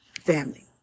Family